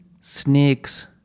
snakes